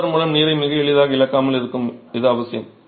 mortar மூலம் நீரை மிக எளிதாக இழக்காமல் இருக்க இது அவசியம்